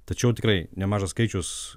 tačiau tikrai nemažas skaičius